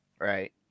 Right